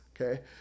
okay